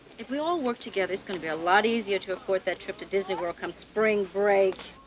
if we all work together, it's going to be a lot easier to afford that trip to disney world come spring break.